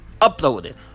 uploaded